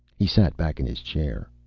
he sat back in his chair,